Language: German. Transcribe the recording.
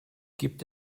gibt